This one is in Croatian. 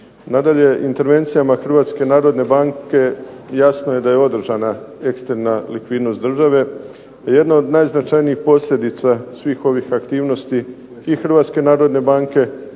Nadalje, intervencijama Hrvatske narodne banke jasno je da je održana ekstremna likvidnost država. Jedna od najznačajnijih posljedica svih ovih aktivnosti i Hrvatske narodne banke